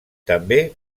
també